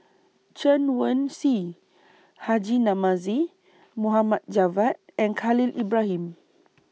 Chen Wen Hsi Haji Namazie Mohd Javad and Khalil Ibrahim